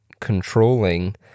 controlling